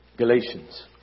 Galatians